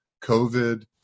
COVID